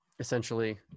essentially